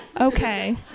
Okay